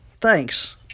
Thanks